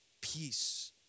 peace